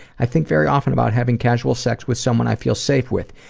i think very often about having casual sex with someone i feel safe with,